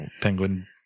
penguin